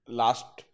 last